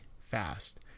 fast